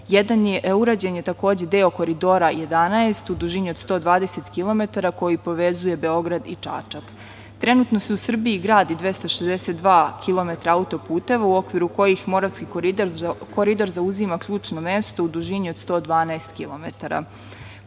urađen je deo Koridora 11 u dužini od 120 km, koji povezuje Beograd i Čačak. Trenutno se u Srbiji gradi 262 km auto-puteva, u okviru kojih Moravski koridor zauzima ključno mesto u dužini od 112